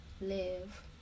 live